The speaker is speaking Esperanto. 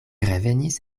revenis